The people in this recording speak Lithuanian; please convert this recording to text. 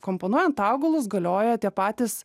komponuojant augalus galioja tie patys